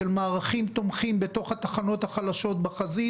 של מערכים תומכים בתוך התחנות החלשות בחזית,